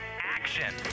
Action